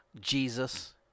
Jesus